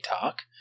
Talk